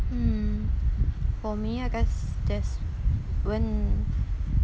um for me I guess that's when